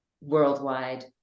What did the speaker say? worldwide